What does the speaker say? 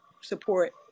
support